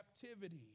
captivity